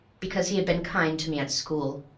because he had been kind to me at school,